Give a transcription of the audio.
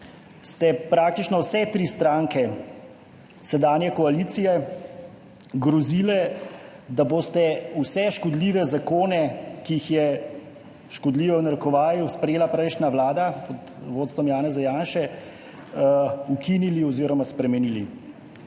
ste praktično vse tri stranke sedanje koalicije grozile, da boste vse škodljive zakone, ki jih je »škodljivo« sprejela prejšnja vlada pod vodstvom Janeza Janše, ukinili oziroma spremenili.